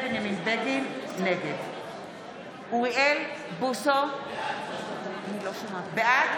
נגד אוריאל בוסו, בעד